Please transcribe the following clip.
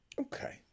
okay